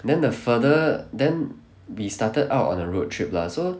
then the further then we started out on a road trip lah so